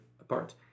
apart